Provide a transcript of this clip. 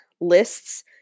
lists